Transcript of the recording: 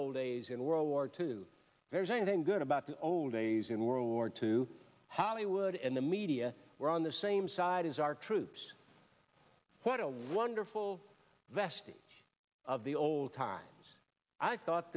old days in world war two there's anything good about the old days in world war two hollywood and the media were on the same side as our troops what a wonderful vestige of the old times i thought